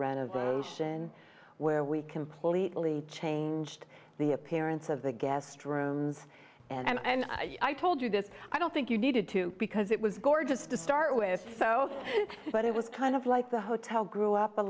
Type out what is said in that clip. renovation where we completely changed the appearance of the guest rooms and i told you that i don't think you needed to because it was gorgeous to start with so but it was kind of like the hotel grew up a